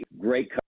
great